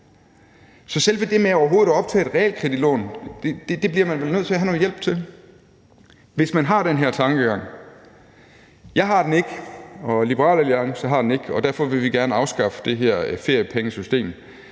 Så selve det med overhovedet at optage et realkreditlån bliver man vel nødt til at have noget hjælp til, ifølge den her tankegang. Jeg har ikke den tankegang, og Liberal Alliance har den ikke, og derfor vil vi gerne afskaffe det her feriepengesystem.